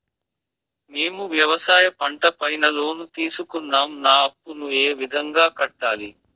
మేము వ్యవసాయ పంట పైన లోను తీసుకున్నాం నా అప్పును ఏ విధంగా కట్టాలి